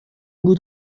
بود